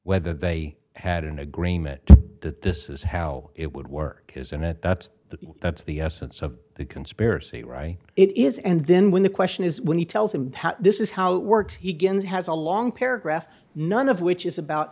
whether they had an agreement that this is how it would work isn't it that's the that's the essence of the conspiracy right it is and then when the question is when he tells him this is how it works he guinn's has a long paragraph none of which is about